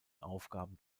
aufgaben